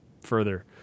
further